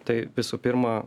tai visų pirma